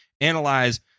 analyze